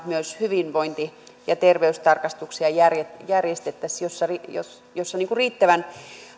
myös hyvinvointi ja terveystarkastuksia järjestettäisiin joissa riittävän